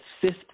fifth